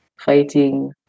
fighting